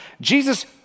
Jesus